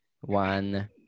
one